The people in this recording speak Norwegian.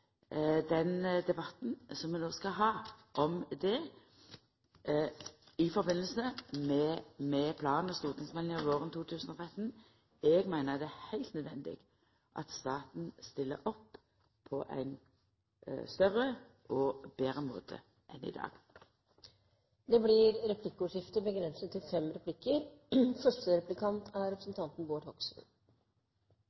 den debatten som vi no skal ha om det i samband med plan- og stortingsmeldinga våren 2013. Eg meiner det er heilt nødvendig at staten stiller opp på ein større og betre måte enn i dag. Det blir replikkordskifte. Her er